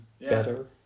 better